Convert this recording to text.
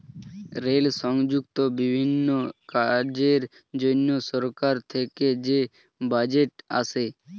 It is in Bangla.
রেল সংযুক্ত বিভিন্ন কাজের জন্য সরকার থেকে যে বাজেট আসে